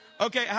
Okay